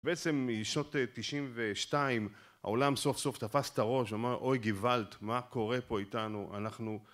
בעצם משנת תשעים ושתיים העולם סוף סוף תפס את הראש ואומר אוי גיוולט מה קורה פה איתנו אנחנו